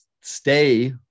stay